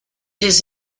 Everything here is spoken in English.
his